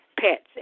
pets